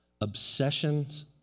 obsessions